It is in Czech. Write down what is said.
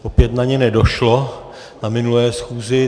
Opět na ně nedošlo na minulé schůzi.